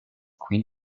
queen